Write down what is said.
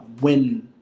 win